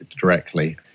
directly